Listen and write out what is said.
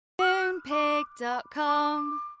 Moonpig.com